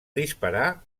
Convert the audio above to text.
disparar